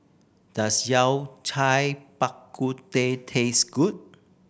does Yao Cai Bak Kut Teh taste good